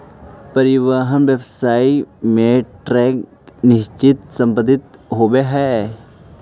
परिवहन व्यवसाय में ट्रक निश्चित संपत्ति होवऽ हई